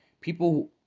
People